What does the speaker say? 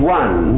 one